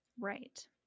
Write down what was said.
Right